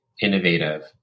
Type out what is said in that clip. innovative